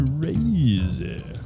Crazy